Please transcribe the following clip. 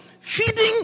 feeding